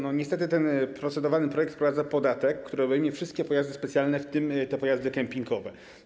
Niestety ten procedowany projekt wprowadza podatek, który obejmie wszystkie pojazdy specjalne, w tym pojazdy kampingowe.